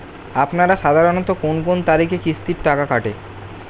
আপনারা সাধারণত কোন কোন তারিখে কিস্তির টাকা কাটে?